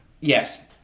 Yes